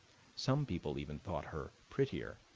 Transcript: some people even thought her prettier,